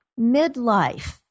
midlife